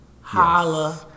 holla